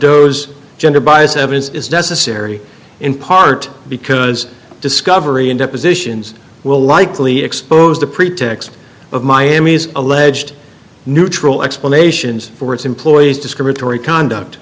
those gender bias evidence is necessary in part because discovery and depositions will likely expose the pretext of miami's alleged neutral explanations for its employees discriminatory conduct